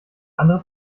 andere